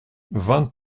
vingt